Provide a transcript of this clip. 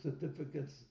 certificates